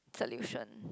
solution